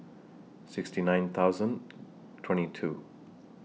sixty nine thousand twenty two